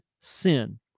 sin